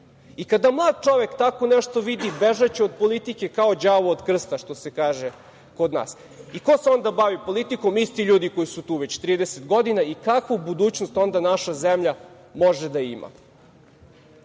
I kada mlad čovek tako nešto vidi, bežaće od politike kao đavo od krsta, što se kaže kod nas. I ko se onda bavi politikom? Isti ljudi koji su tu već 30 godina. I kakvu budućnost onda naša zemlja može da ima?